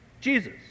Jesus